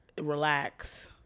relax